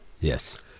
Yes